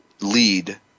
lead